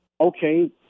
okay